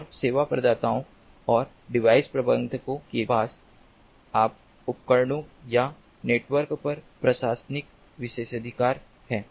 और सेवा प्रदाताओं और डिवाइस प्रबंधकों के पास अपने उपकरणों या नेटवर्क पर प्रशासनिक विशेषाधिकार हैं